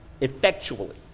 Effectually